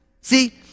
See